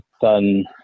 done